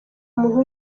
muntu